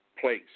place